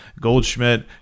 Goldschmidt